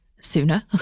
sooner